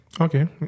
Okay